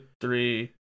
three